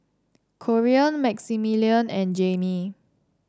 Corean Maximilian and Jaimee